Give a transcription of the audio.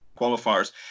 qualifiers